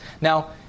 now